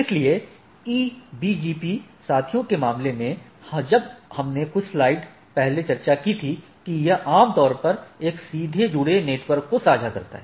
इसलिए EBGP साथियों के मामले में जब हमने कुछ स्लाइड पहले चर्चा की थी कि यह आम तौर पर एक सीधे जुड़े नेटवर्क को साझा करता है